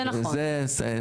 זה נכון.